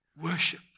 worship